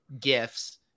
gifts